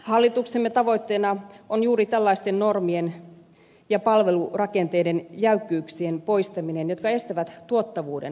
hallituksemme tavoitteena on juuri tällaisten normien ja palvelurakenteiden jäykkyyksien poistaminen jotka estävät tuottavuuden parantamista